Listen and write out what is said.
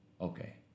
Okay